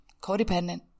Codependent